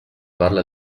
parla